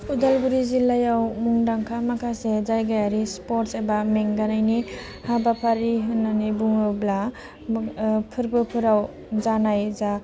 अदालगुरि जिल्लायाव मुदांखा माखासे जायगायारि स्पर्टस एबा मेंगानायनि हाबाफारि होननानै बुङोब्ला फोरबोफोराव जानाय जा